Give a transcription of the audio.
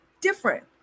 different